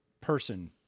person